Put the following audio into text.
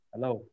Hello